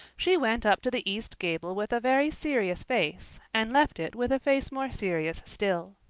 she went up to the east gable with a very serious face and left it with a face more serious still.